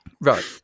Right